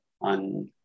on